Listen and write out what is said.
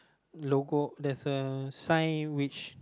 logo there's a sign which